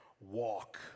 walk